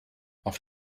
auf